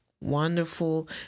wonderful